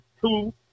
two